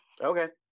Okay